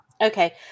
okay